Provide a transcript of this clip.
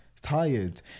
Tired